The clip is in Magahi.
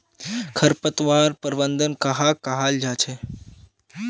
खरपतवार प्रबंधन कहाक कहाल जाहा जाहा?